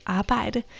arbejde